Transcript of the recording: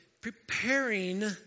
preparing